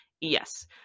Yes